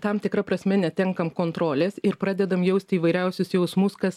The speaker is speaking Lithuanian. tam tikra prasme netenkam kontrolės ir pradedam jausti įvairiausius jausmus kas